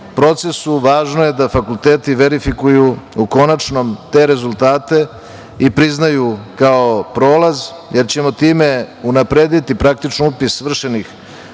procesu važno je da fakulteti verifikuju u konačnom te rezultate i priznaju kao prolaz, jer ćemo time unaprediti praktično upis svršenih